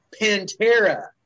Pantera